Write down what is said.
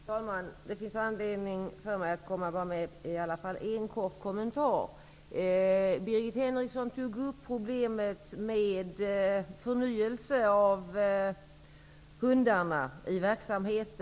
Herr talman! Det finns anledning att göra i alla fall en kort kommentar. Birgit Henriksson tog upp problemet med förnyelsen av arbetet med hundar i nämnda verksamhet.